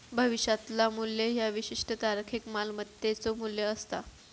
भविष्यातला मू्ल्य ह्या विशिष्ट तारखेक मालमत्तेचो मू्ल्य असता